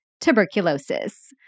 tuberculosis